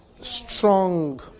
strong